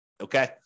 okay